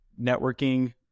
networking